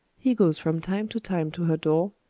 he goes from time to time to her door,